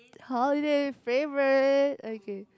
holiday favourite okay